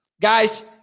guys